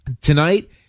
Tonight